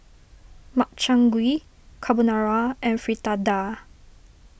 Makchang Gui Carbonara and Fritada